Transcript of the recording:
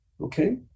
okay